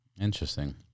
Interesting